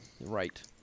Right